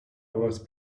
was